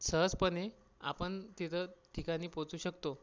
सहजपणे आपण तिथं ठिकाणी पोचू शकतो